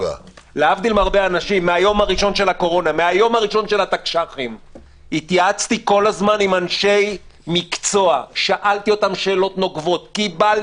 16:00.